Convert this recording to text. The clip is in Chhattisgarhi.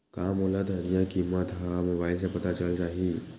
का मोला धनिया किमत ह मुबाइल से पता चल जाही का?